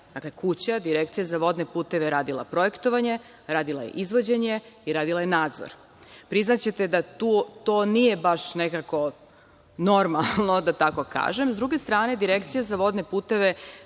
kuća, Direkcija za vodne puteve je radila projektovanje, radila je izvođenje i radila je nadzor. Priznaćete da to nije baš nekako normalno, da tako kaže, sa druge strane Direkcija za vodne puteve